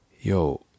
yo